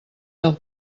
del